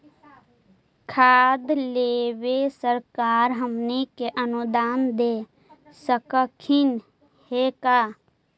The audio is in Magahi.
खाद लेबे सरकार हमनी के अनुदान दे सकखिन हे का?